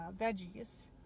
veggies